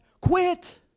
Quit